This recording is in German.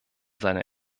seiner